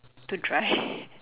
to dry